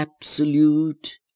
absolute